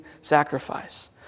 sacrifice